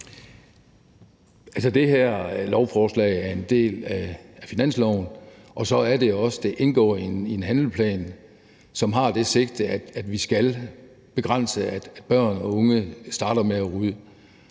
Det her lovforslag er en del af finansloven, og det indgår så også i en handleplan, som har det sigte, at vi skal begrænse, at børn og unge starter med at ryge.